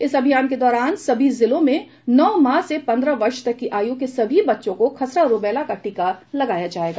इस अभियान के दौरान सभी जिलो में नौ माह से पंद्रह वर्ष तक की आयु के सभी बच्चों को खसरा रूबैला का टीका लगाया जाएगा